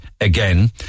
again